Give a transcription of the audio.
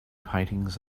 paintings